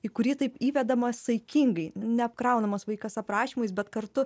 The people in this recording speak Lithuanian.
į kurį taip įvedama saikingai neapkraunamas vaikas aprašymais bet kartu